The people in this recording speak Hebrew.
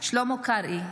שלמה קרעי,